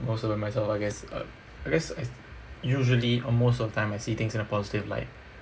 more about myself I guess uh I guess I usually or most of the time I see things in a positive light